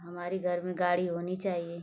हमारी घर में गाड़ी होनी चाहिए